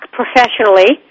professionally